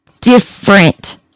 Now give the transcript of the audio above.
different